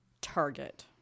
Target